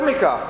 יותר מכך,